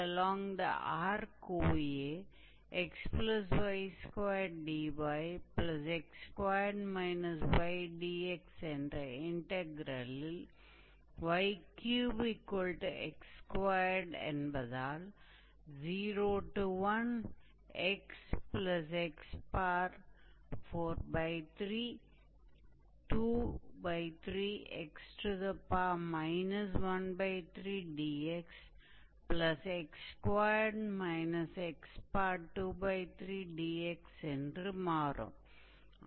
along the arc OAxy2dyx2 ydx என்ற இன்டக்ரெலில் 𝑦3 𝑥2 என்பதால்01xx4323x 13dxx2 x23dx என்று மாறும்